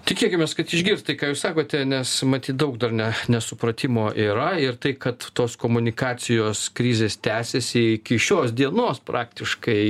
tikėkimės kad išgirs tai ką jūs sakote nes matyt daug dar ne nesupratimo yra ir tai kad tos komunikacijos krizės tęsiasi iki šios dienos praktiškai